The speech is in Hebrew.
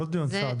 הוא לא דיון צד.